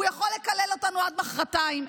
הוא יכול לקלל אותנו עד מוחרתיים.